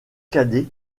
cadet